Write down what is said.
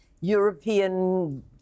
European